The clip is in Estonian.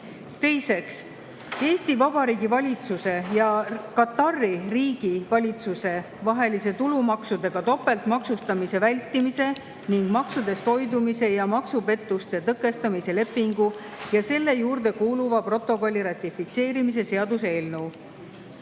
Teiseks, Eesti Vabariigi valitsuse ja Katari Riigi valitsuse vahelise tulumaksudega topeltmaksustamise vältimise ning maksudest hoidumise ja maksupettuste tõkestamise lepingu ja selle juurde kuuluva protokolli ratifitseerimise seaduse eelnõu.